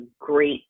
great